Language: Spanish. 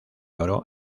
oro